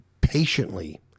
patiently